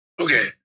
Okay